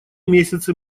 месяцы